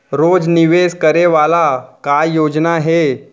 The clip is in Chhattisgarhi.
रोज निवेश करे वाला का योजना हे?